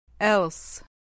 Else